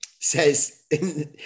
says